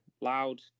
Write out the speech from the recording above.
loud